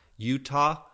Utah